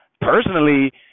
personally